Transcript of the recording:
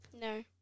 No